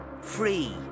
free